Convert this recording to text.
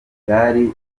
bwari